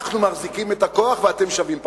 אנחנו מחזיקים את הכוח, ואתם שווים פחות.